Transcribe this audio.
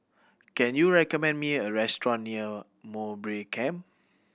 can you recommend me a restaurant near Mowbray Camp